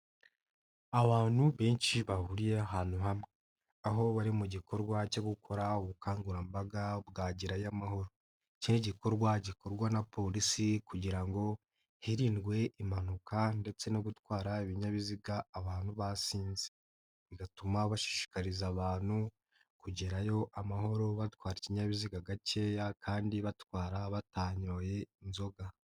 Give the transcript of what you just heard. Abantu benshi bahuriye ahantu hamwe, aho bari mu gikorwa cyo gukora ubukangurambaga bwa gerayo amahoro, iki ni igikorwa gikorwa na polisi kugira ngo hirindwe impanuka ndetse no gutwara ibinyabiziga abantu basinze, bigatuma bashishikariza abantu, kugerayo amahoro batwara ikinyabiziga gakeya kandi batwara batanyoye inzoga.